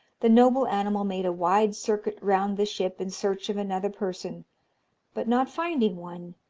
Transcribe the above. the noble animal made a wide circuit round the ship in search of another person but not finding one,